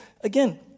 again